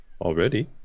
Already